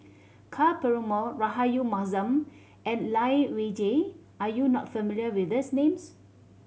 Ka Perumal Rahayu Mahzam and Lai Weijie are you not familiar with these names